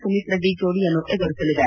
ಸುಮಿತ್ ರೆಡ್ಡಿ ಜೋಡಿಯನ್ನು ಎದುರಿಸಲಿದೆ